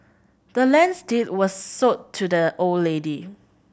the land's deed was sold to the old lady